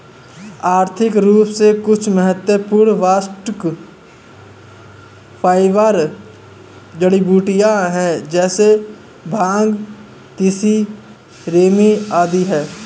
आर्थिक रूप से कुछ महत्वपूर्ण बास्ट फाइबर जड़ीबूटियां है जैसे भांग, तिसी, रेमी आदि है